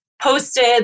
posted